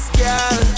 girl